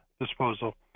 disposal